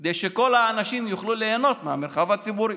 כדי שכל האנשים יוכלו ליהנות מהמרחב הציבורי.